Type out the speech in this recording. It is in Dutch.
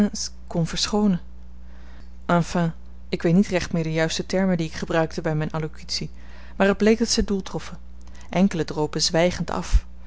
kon verschoonen enfin ik weet niet recht meer de juiste termen die ik gebruikte bij mijne allocutie maar het bleek dat zij doel troffen enkelen dropen zwijgend af